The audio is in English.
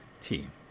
team